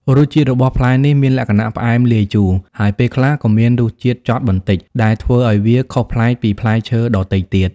រសជាតិរបស់ផ្លែនេះមានលក្ខណៈផ្អែមលាយជូរ ហើយពេលខ្លះក៏មានរសជាតិចត់បន្តិច ដែលធ្វើឲ្យវាខុសប្លែកពីផ្លែឈើដទៃទៀត។